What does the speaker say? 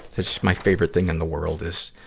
it's my favorite thing in the world, is